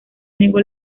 negó